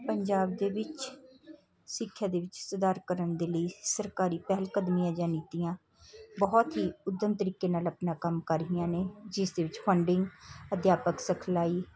ਪੰਜਾਬ ਦੇ ਵਿੱਚ ਸਿੱਖਿਆ ਦੇ ਵਿੱਚ ਸੁਧਾਰ ਕਰਨ ਦੇ ਲਈ ਸਰਕਾਰੀ ਪਹਿਲ ਕਦਮੀਆਂ ਜਾਂ ਨੀਤੀਆਂ ਬਹੁਤ ਹੀ ਉੱਦਮ ਤਰੀਕੇ ਨਾਲ ਆਪਣਾ ਕੰਮ ਕਰ ਰਹੀਆਂ ਨੇ ਜਿਸ ਦੇ ਵਿੱਚ ਫੰਡਿੰਗ ਅਧਿਆਪਕ ਸਿਖਲਾਈ